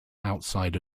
outside